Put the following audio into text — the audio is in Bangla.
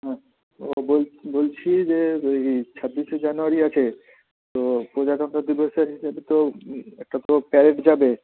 হুঁ ও বোল বলছি যে ওই ছাব্বিশে জানুয়ারি আছে তো প্রজাতন্ত্র দিবসের জন্য তো একটা তো প্যারেড যাবে